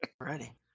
Ready